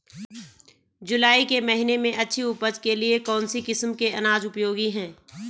जुलाई के महीने में अच्छी उपज के लिए कौन सी किस्म के अनाज उपयोगी हैं?